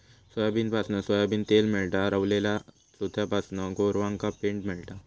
सोयाबीनपासना सोयाबीन तेल मेळता, रवलल्या चोथ्यापासना गोरवांका पेंड मेळता